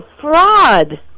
fraud